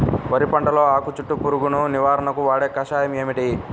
వరి పంటలో ఆకు చుట్టూ పురుగును నివారణకు వాడే కషాయం ఏమిటి?